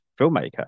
filmmaker